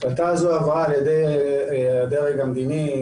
ההחלטה הזו עברה על ידי הדרג המדיני,